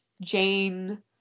Jane